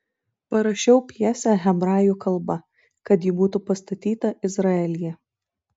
parašiau pjesę hebrajų kalba kad ji būtų pastatyta izraelyje